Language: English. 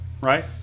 right